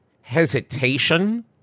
hesitation